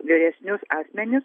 vyresnius asmenis